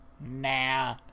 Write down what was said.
Nah